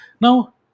Now